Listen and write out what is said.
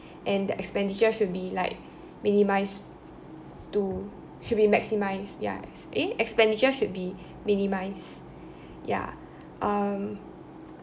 and the expenditure should be like minimised to should be maximised ya eh expenditure should be minimised ya um